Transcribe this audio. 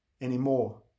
anymore